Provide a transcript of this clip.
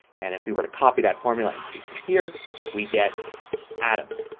and if we were to copy that formula and paste it here we get adams.